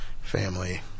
family